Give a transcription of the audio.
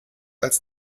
als